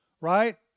right